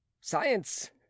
science